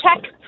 check